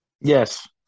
Yes